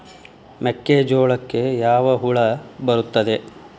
ಮೆಕ್ಕೆಜೋಳಕ್ಕೆ ಯಾವ ಹುಳ ಬರುತ್ತದೆ?